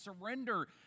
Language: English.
surrender